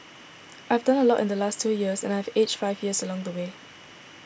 I have done a lot in the last two years and I have aged five years along the way